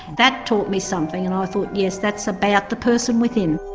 that taught me something and i thought yes, that's about the person within.